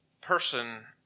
person